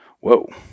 Whoa